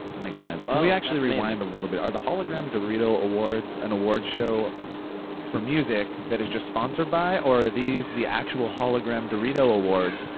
that makes sense, can ah we actually rewind a little bit? are the hologram dorito awards an award show for music that is just sponsored by, or are these the actual hologram dorito awards,